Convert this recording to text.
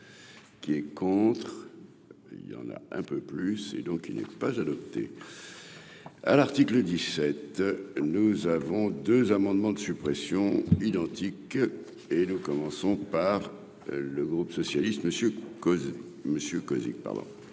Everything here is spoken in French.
qui est contre, il y en a un peu plus et donc il n'est pas adopté à l'article 17 nous avons 2 amendements de suppression identiques et nous commençons par le groupe socialiste,